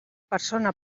persona